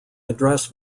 address